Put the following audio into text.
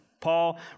Paul